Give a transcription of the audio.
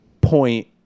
point